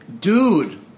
Dude